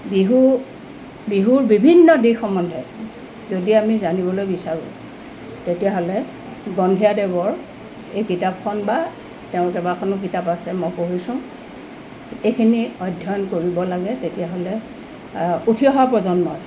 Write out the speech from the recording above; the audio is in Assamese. বিহু বিহুৰ বিভিন্ন দিশ সম্বন্ধে যদি আমি জানিবলৈ বিচাৰোঁ তেতিয়াহ'লে গন্ধীয়াদেৱৰ এই কিতাপখন বা তেওঁৰ কেইবাখনো কিতাপ আছে মই পঢ়িছোঁ এইখিনি অধ্যয়ন কৰিব লাগে তেতিয়াহ'লে উঠি অহা প্ৰজন্মই